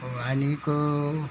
आनीक